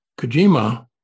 Kojima